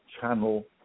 channel